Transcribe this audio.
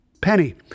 Penny